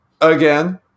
again